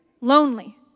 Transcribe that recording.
lonely